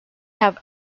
have